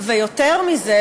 ויותר מזה,